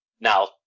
Now